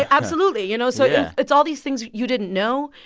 absolutely. you know? so. yeah. it's all these things you didn't know.